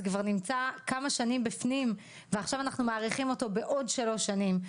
זה כבר נמצא כמה שנים בפנים ועכשיו אנחנו מאריכים אותו בעוד שלוש שנים.